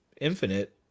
infinite